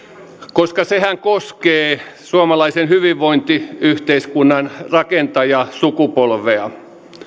koska sehän koskee suomalaisen hyvinvointiyhteiskunnan rakentajasukupolvea